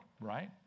Right